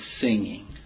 singing